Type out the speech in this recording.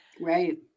Right